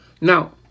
Now